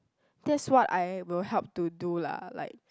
that's what I will help to do lah like